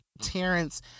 Terrence